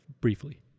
briefly